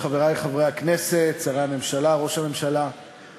שיין ברגנר-גוטמן נגד המפקח על הביטוח והממונה על שוק ההון,